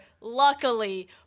luckily